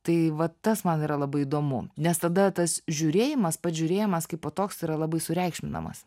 tai vat tas man yra labai įdomu nes tada tas žiūrėjimas pats žiūrėjimas kaipo toks yra labai sureikšminamas